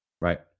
Right